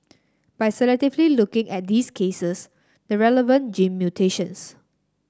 by selectively looking at these cases the relevant gene mutations